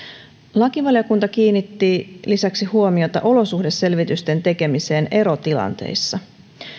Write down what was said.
lakivaliokunta kiinnitti lisäksi huomiota olosuhdeselvitysten tekemiseen erotilanteissa